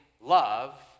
love